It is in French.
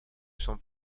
sont